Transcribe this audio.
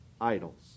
idols